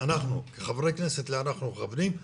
אנחנו כחברי כנסת לאן אנחנו מכוונים,